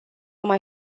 mai